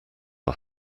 are